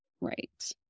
right